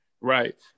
Right